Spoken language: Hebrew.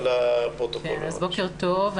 בוקר טוב.